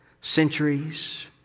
centuries